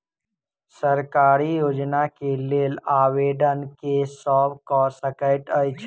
सरकारी योजना केँ लेल आवेदन केँ सब कऽ सकैत अछि?